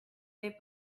they